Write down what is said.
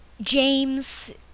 James